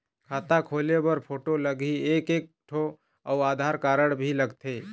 खाता खोले बर फोटो लगही एक एक ठो अउ आधार कारड भी लगथे?